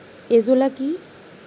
Azolla কি?